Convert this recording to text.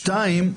שתיים,